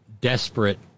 desperate